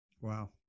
wow